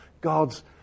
God's